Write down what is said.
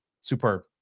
superb